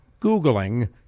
Googling